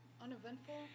uneventful